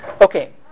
okay